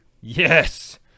Yes